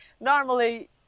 normally